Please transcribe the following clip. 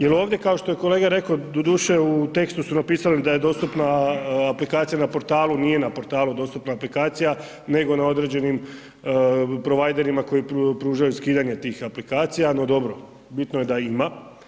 Jer ovdje kao što je kolega rekao, doduše u tekstu su napisali da je dostupna aplikacija na portalu, nije na portalu dostupna aplikacija, nego na određenim providerima koji pružaju skidanje tih aplikacija, no dobro, bitno je da ima.